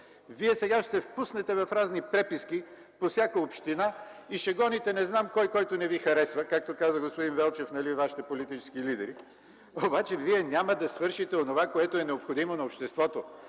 Вие сега ще се впуснете в разни преписки по всяка община и ще гоните не знам кой – който не Ви харесва, както каза господин Велчев: „Вашите политически лидери”. Обаче Вие няма да свършите онова, което е необходимо на обществото